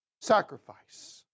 sacrifice